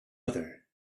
other